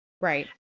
Right